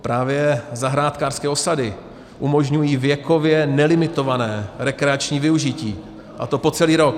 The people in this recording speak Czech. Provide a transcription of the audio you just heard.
Právě zahrádkářské osady umožňují věkově nelimitované rekreační využití, a to po celý rok.